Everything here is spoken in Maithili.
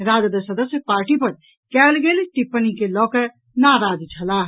राजद सदस्य पार्टी पर कयल गेल टिप्पणी के लऽकऽ नाराज छलाह